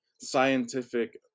scientific